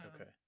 Okay